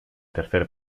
tercer